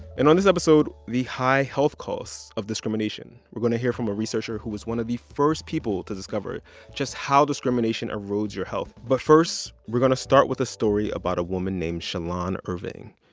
and on this episode, the high health costs of discrimination. we're going to hear from a researcher who was one of the first people to discover just how discrimination erodes your health. but first we're going to start with a story about a woman named shalon irving.